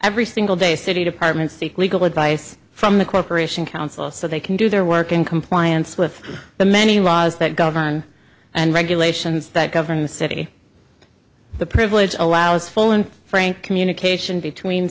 every single day city department seek legal advice from the corporation counsel so they can do their work in compliance with the many laws that govern and regulations that govern a city the privilege allows full and frank communication between